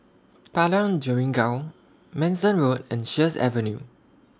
Padang Jeringau Manston Road and Sheares Avenue